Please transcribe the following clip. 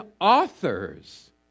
authors